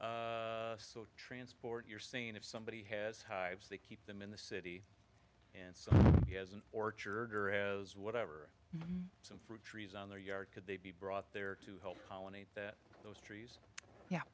this transport you're saying if somebody has hives they keep them in the city and so he has an orchard or as whatever some fruit trees on their yard could they be brought there to help pollinate that those trees yeah